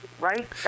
right